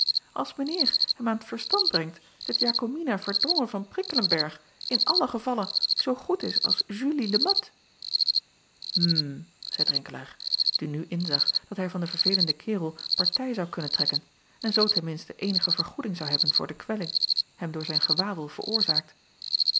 ls mijn eer hem aan t verstand brengt dat akomina erdrongen van rikkelenberg in allen gevalle zoo goed is als ulie e at m zeî renkelaer die nu inzag dat hij van den verveelenden kerel partij zou kunnen trekken en zoo ten minste eenige vergoeding zou hebben voor de kwelling acob van ennep laasje evenster delen hem door zijn gewawel veroorzaakt